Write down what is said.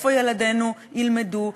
איפה ילדינו ילמדו,